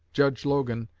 judge logan,